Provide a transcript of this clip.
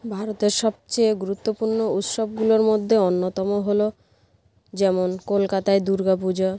ভারতের সবচেয়ে গুরুত্বপূর্ণ উৎসবগুলোর মধ্যে অন্যতম হল যেমন কলকাতায় দুর্গাপুজো